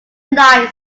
knight